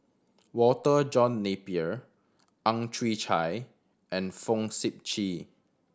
Walter John Napier Ang Chwee Chai and Fong Sip Chee